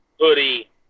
Hoodie